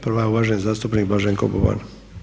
Prva je uvaženi zastupnik Blaženko Boban.